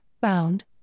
bound